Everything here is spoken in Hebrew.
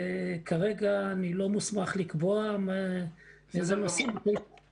כרגע אני לא מוסמך לקבוע איזה נושאים ייכנסו לתוכנית.